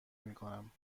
میکنم